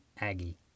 Aggie